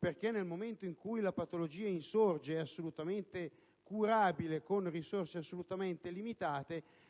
infatti, nel momento in cui la patologia insorge è assolutamente curabile con risorse assolutamente limitate